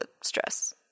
stress